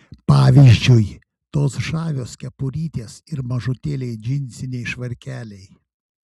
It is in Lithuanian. pavyzdžiui tos žavios kepurytės ir mažutėliai džinsiniai švarkeliai